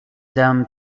dame